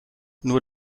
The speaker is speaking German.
nur